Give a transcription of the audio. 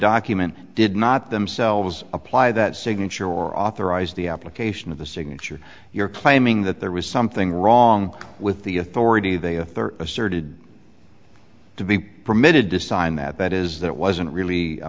document did not themselves apply that signature or authorized the application of the signature you're claiming that there was something wrong with the authority they a third of asserted to be permitted to sign that is that it wasn't really a